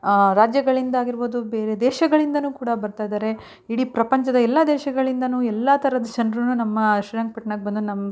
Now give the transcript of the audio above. ರಾಜ್ಯಗಳಿಂದ ಆಗಿರ್ಬೋದು ಬೇರೆ ದೇಶಗಳಿಂದಲೂ ಕೂಡ ಬರ್ತಾಯಿದ್ದಾರೆ ಇಡೀ ಪ್ರಪಂಚದ ಎಲ್ಲ ದೇಶಗಳಿಂದಲೂ ಎಲ್ಲ ಥರದ ಜನರೂ ನಮ್ಮ ಶ್ರೀರಂಗ್ಪಟ್ಣಕ್ಕೆ ಬಂದು ನಮ್ಮ